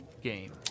game